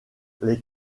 les